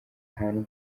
ahantu